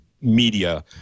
media